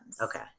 Okay